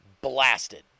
blasted